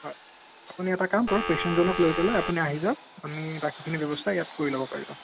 হয় আপুনি এটা কাম কৰক পেছেণ্টজনক লৈ পেলাই আপুনি আহি যাওক আমি বাকীখিনি ব্যৱস্থা ইয়াত কৰি ল'ব পাৰিব